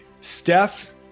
Steph